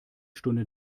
stunde